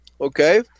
Okay